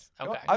Okay